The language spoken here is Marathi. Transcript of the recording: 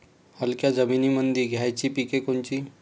हलक्या जमीनीमंदी घ्यायची पिके कोनची?